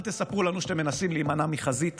אל תספרו לנו שאתם מנסים להימנע מחזית